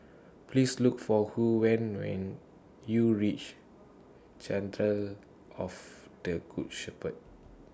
Please Look For Huy when YOU REACH of The Good Shepherd